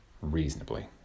reasonably